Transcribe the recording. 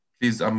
Please